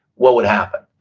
what would happen?